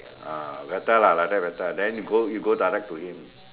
ah better lah like that better than you go you go direct to him